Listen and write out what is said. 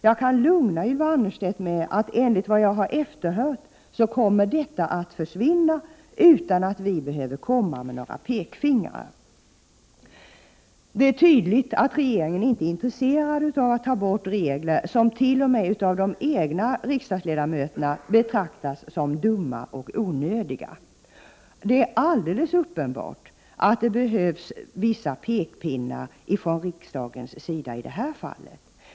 Jag kan lugna Ylva Annerstedt med att enligt vad jag har efterhört kommer detta att försvinna utan att vi behöver komma med några pekpinnar.” Det är tydligt att regeringen inte är intresserad av att ta bort regler som t.o.m. av de egna riksdagsledamöterna betraktas som dumma och onödiga. Det är alldeles uppenbart att det behövs vissa pekpinnar från riksdagens sida i det här fallet.